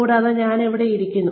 കൂടാതെ ഞാൻ ഇവിടെ ഇരിക്കുന്നു